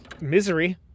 misery